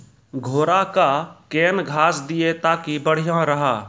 घोड़ा का केन घास दिए ताकि बढ़िया रहा?